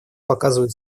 показывают